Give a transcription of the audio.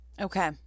Okay